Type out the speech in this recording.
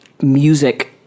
music